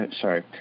sorry